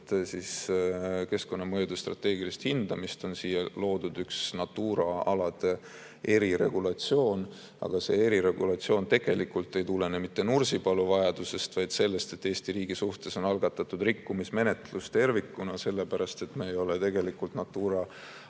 kestvat keskkonnamõjude strateegilist hindamist, on siia loodud üks Natura alade eriregulatsioon. Aga see eriregulatsioon ei tulene mitte Nursipalu vajadusest, vaid sellest, et Eesti riigi suhtes tervikuna on algatatud rikkumismenetlus, sellepärast et me ei ole tegelikult Natura aladel